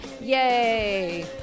Yay